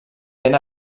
ben